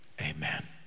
amen